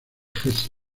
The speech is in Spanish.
hesse